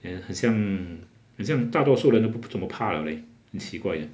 then 很像很像大多数人都不怎么怕 liao leh 很奇怪 eh